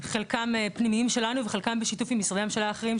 חלקם פנימיים שלנו וחלקם בשיתוף עם משרדי הממשלה האחרים,